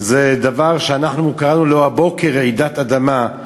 זה דבר שאנחנו קראנו לו הבוקר "רעידת אדמה",